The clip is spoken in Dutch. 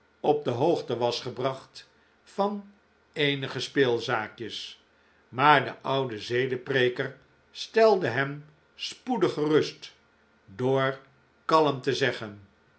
op de hoogte was gebracht van eenige speelzaakjes maar de oude zedenpreeker stelde hem spoedig gerust door kalm te zeggen